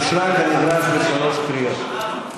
אושרה במליאה בשלוש קריאות.